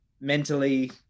mentally